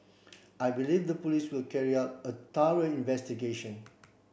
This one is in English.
I believe the police will carry out a thorough investigation